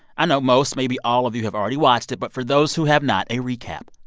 i know most maybe all of you have already watched it, but for those who have not, a recap,